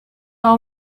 all